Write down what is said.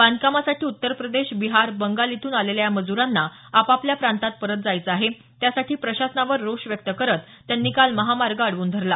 बांधकामासाठी उत्तर प्रदेश बिहार बंगाल इथून आलेल्या या मजुरांना आपापल्या प्रांतात परत जायचं आहे त्यासाठी प्रशासनावर रोष व्यक्त करत त्यांनी काल महामार्ग अडवून धरला